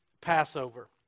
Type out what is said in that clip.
Passover